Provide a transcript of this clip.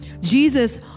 Jesus